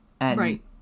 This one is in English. Right